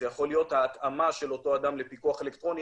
זה יכול להיות ההתאמה של אותו אדם לפיקוח אלקטרוני,